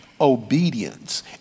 obedience